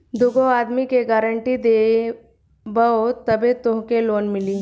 दूगो आदमी के गारंटी देबअ तबे तोहके लोन मिली